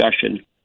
discussion